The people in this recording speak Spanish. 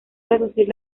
reducir